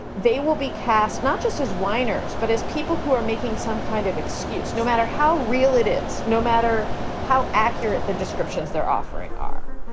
they will be cast not just as whiners, but as people who are making some kind of excuse, no matter how real it is, no matter how accurate the descriptions they're offering are